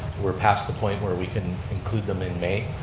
we're past the point where we can include them and may,